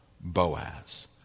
Boaz